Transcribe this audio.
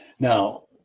Now